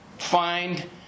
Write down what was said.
find